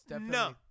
No